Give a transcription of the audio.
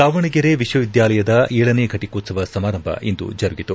ದಾವಣಗೆರೆ ವಿಶ್ವವಿದ್ಯಾಲಯದ ಏಳನೇ ಘಟಿಕೋತ್ಸವ ಸಮಾರಂಭ ಇಂದು ಜರುಗಿತು